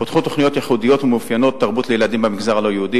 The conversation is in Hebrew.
פותחו תוכניות ייחודיות ומאופיינות-תרבות לילדים במגזר הלא-יהודי.